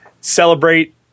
celebrate